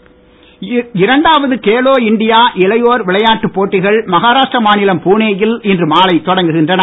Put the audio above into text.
Khelo India இரண்டாவது Khelo India இளையோர் விளையாட்டுப் போட்டிகள் மகாராஷ்டிரா மாநிலம் புனேயில் இன்று மாலை தொடங்குகின்றன